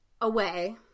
away